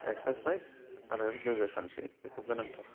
exercise आरो गोग्गो सानस्रि बेखौ गोनांथार